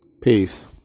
Peace